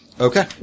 Okay